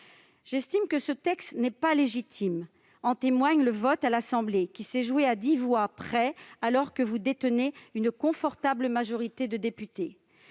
j'estime que ce texte n'est pas légitime. J'en veux pour preuve le vote à l'Assemblée nationale, qui s'est joué à dix voix près, alors que vous détenez une confortable majorité de députés.